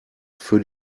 für